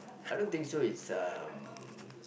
I don't think so is um